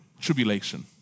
tribulation